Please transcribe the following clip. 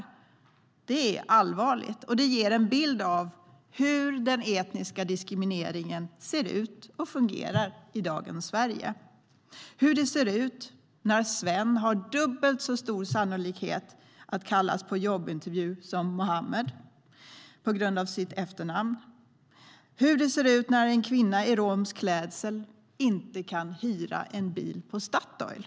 Detta är allvarligt, och det ger en bild av hur den etniska diskrimineringen ser ut och fungerar i dagens Sverige. Det ger en bild av hur det ser ut när Sven på grund av sitt efternamn har dubbelt så stor sannolikhet som Mohammed att kallas till jobbintervju. Det ger en bild av hur det ser ut när en kvinna i romsk klädsel inte kan hyra en bil på Statoil.